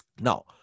now